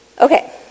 Okay